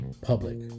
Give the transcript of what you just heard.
public